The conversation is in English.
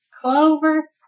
Clover